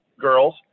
girls